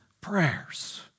prayers